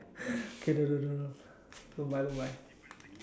okay don't don't don't buy don't buy